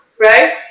right